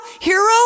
hero